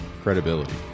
credibility